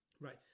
right